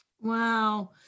Wow